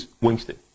Winston